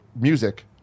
music